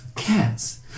Cats